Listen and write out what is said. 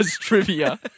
trivia